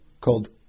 called